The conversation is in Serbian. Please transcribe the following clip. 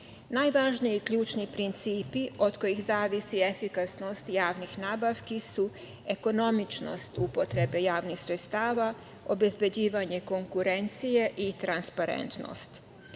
Najvažniji ključni principi od kojih zavisi efikasnost javnih nabavki su ekonomičnost upotrebe javnih sredstava, obezbeđivanje konurencije i transparentnost.